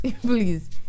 please